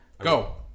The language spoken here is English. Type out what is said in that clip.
go